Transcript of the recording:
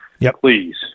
Please